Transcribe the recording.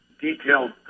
detailed